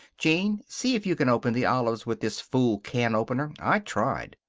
gene, see if you can open the olives with this fool can opener. i tried.